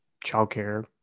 childcare